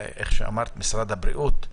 ואיך שאמרת: משרד הבריאות,